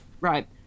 right